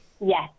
Yes